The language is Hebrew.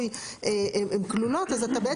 יעל סלאנט אז טיפלה בו.